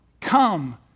come